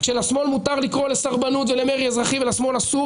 כשלשמאל מותר לקרוא לסרבנות ולמרי אזרחי ולשמאל אסור,